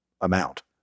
amount